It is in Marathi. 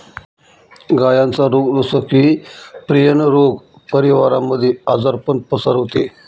गायांचा रोग जस की, प्रियन रोग परिवारामध्ये आजारपण पसरवते